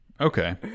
okay